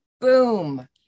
boom